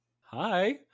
Hi